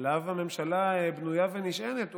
שעליו הממשלה בנויה ונשענת,